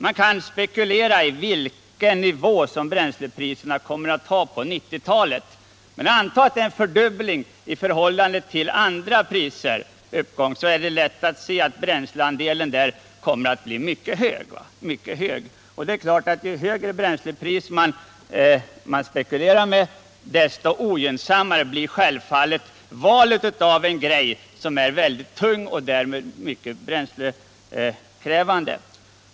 Man kan spekulera över på vilken nivå bränslepriserna kommer att ligga under 1990-talet. Men om man utgår från en fördubbling i förhållande till andra priser är det lätt att se att bränslekostnadsandelen kommer att bli mycket hög. Det är klart att ju högre bränslepriser man spekulerar med, desto ogynnsammare ter sig valet av ett flygplan som är tungt och därmed mycket bränslekrävande.